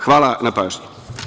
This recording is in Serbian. Hvala na pažnji.